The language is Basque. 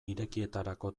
irekietarako